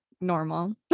normal